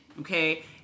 Okay